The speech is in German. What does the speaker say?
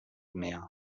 mehr